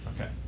Okay